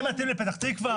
זה מתאים לפתח תקווה?